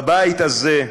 בבית הזה,